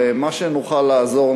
ובמה שנוכל לעזור,